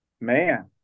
man